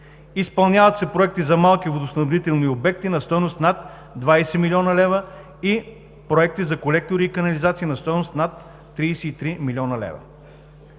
Изпълняват се проекти за малки водоснабдителни обекти на стойност над 20 млн. лв. и проекти за колектори и канализации на стойност над 33 млн. лв.